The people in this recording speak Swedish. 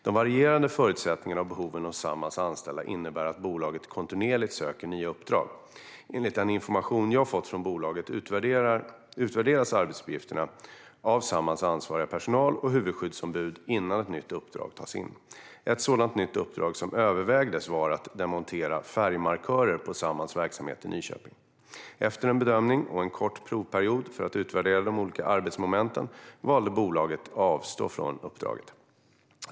De varierande förutsättningarna och behoven hos Samhalls anställda innebär att bolaget kontinuerligt söker nya uppdrag. Enligt den information som jag har fått från bolaget utvärderas arbetsuppgifterna av Samhalls ansvariga personal och huvudskyddsombud innan ett nytt uppdrag tas in. Ett sådant nytt uppdrag som övervägdes var att demontera färgmarkörer på Samhalls verksamhet i Nyköping. Efter en bedömning och en kort provperiod för att utvärdera de olika arbetsmomenten valde bolaget att avstå från uppdraget.